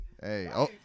hey